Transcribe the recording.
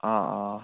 অঁ অঁ